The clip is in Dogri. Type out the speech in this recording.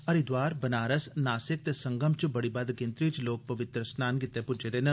हरिद्वार बनारस नासिक ते संगम च बड़ी बद गिनत्री च लोक पवित्र स्नान गितै पुज्जे देन